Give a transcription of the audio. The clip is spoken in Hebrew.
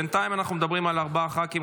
בינתיים אנחנו מדברים על ארבעה ח"כים,